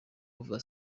kuva